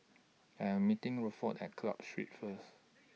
I Am meeting Rutherford At Club Street First